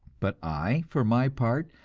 but i, for my part,